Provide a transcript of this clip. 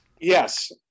yes